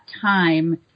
time